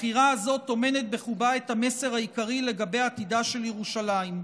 הבחירה הזאת טומנת בחובה את המסר העיקרי לגבי עתידה של ירושלים: